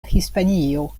hispanio